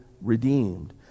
redeemed